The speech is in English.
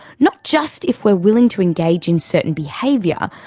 not just if we're willing to engage in certain behaviour,